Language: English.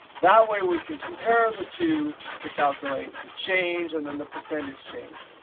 that way we can compare the two to calculate the change and then the percentage change.